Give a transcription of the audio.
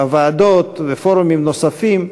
בוועדות ובפורומים נוספים,